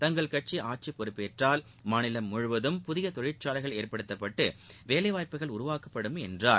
தங்கள் கட்சி ஆட்சிப் பொறுப்பேற்றால் மாநிலம் முழுவதும் புதிய தொழிற்சாலைகள் ஏற்படுத்தப்பட்டு வேலை வாய்ப்புகள் உருவாக்கப்படும் என்றார்